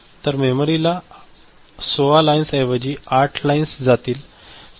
तर मेमरीला 16 लाईन्स ऐवजी 8 लाईन्स जातील